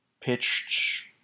Pitched